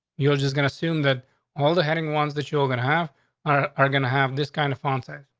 you're just gonna assume that walter heading ones that you're gonna have are are gonna have this kind of font size.